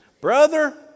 Brother